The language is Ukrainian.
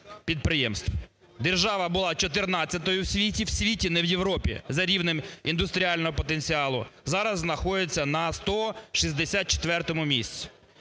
Держава була 14-ю в світі – в світі, не в Європі – за рівнем індустріального потенціалу, зараз знаходиться на 164 місці.